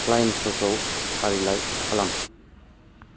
क्लेइमफोरखौ फारिलाइ खालाम